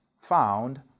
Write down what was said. found